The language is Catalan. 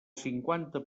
cinquanta